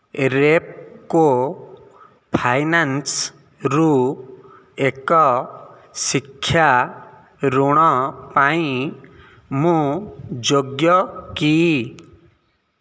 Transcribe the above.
ରେପ୍କୋ ଫାଇନାନ୍ସ୍ରୁ ଏକ ଶିକ୍ଷା ଋଣ ପାଇଁ ମୁଁ ଯୋଗ୍ୟ କି